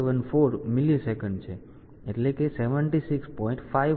274 millisecond એટલે કે 76